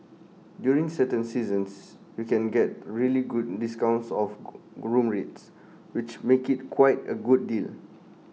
during certain seasons you can get really good discounts off room rates which make IT quite A good deal